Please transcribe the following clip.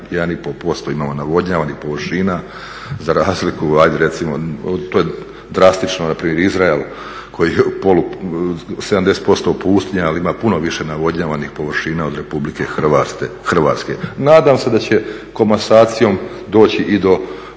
1,5% imamo navodnjavanih površina za razliku ajde recimo to je drastično, npr. Izrael koji je polu, 70% pustinja ali ima puno više navodnjavanih površina od Republike Hrvatske. Nadam se da će komasacijom doći i do